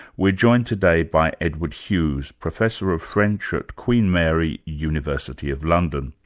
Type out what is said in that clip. we're joined today by edward hughes, professor of french at queen mary university of london.